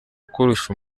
ukurusha